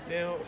Now